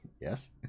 yes